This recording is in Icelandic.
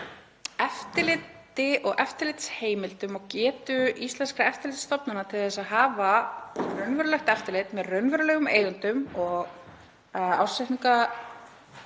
eftirliti og eftirlitsheimildum og getu íslenskra eftirlitsstofnana til þess að hafa raunverulegt eftirlit með raunverulegum eigendum og ársreikningaskrá